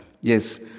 Yes